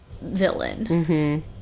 villain